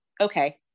okay